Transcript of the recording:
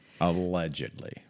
Allegedly